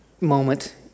moment